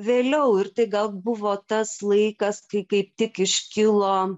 vėliau ir tai gal buvo tas laikas kai kaip tik iškilo